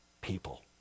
people